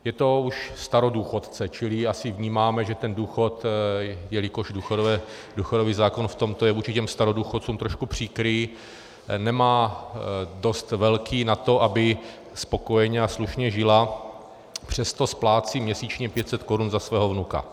Je to už starodůchodce, čili asi vnímáme, že ten důchod, jelikož důchodový zákon v tom je vůči starodůchodcům trošku příkrý, nemá dost velký na to, aby spokojeně a slušně žila, přesto splácí měsíčně 500 korun za svého vnuka.